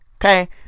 okay